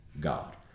God